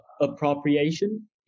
appropriation